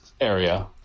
area